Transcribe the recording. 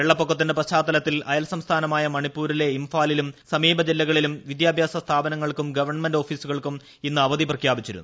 വെള്ളപ്പൊക്കത്തിന്റെ പശ്ചാത്തലത്തിൽ അയൽ സംസ്ഥാനമായ മണിപ്പൂരിലെ ഇംഫാലിലും സമീപ ജില്ലകളിലും വിദ്യാഭ്യാസ സ്ഥാപനങ്ങൾക്കും ഗവൺമെന്റ് ഓഫീസുകൾക്കും ഇന്ന് അവധി പ്രഖ്യാപിച്ചിരുന്നു